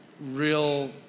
real